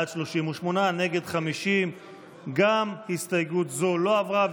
בעד, 38, נגד, 50. גם הסתייגות זו לא עברה.